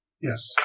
Yes